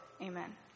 Amen